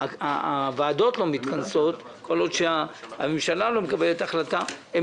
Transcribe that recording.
שהוועדות לא מתכנסות והממשלה לא מקבלת החלטות אז